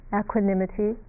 equanimity